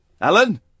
Alan